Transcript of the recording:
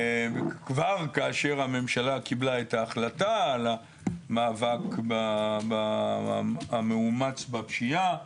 וכבר כאשר הממשלה קיבלה את ההחלטה על המאבק המאומץ בפשיעה.